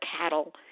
cattle